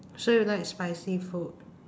so you like spicy food